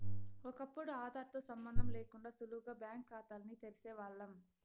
ఒకప్పుడు ఆదార్ తో సంబందం లేకుండా సులువుగా బ్యాంకు కాతాల్ని తెరిసేవాల్లం